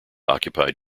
occupied